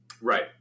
Right